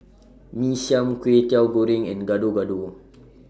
Mee Siam Kway Teow Goreng and Gado Gado